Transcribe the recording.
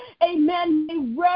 amen